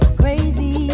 crazy